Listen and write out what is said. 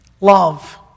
love